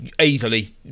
easily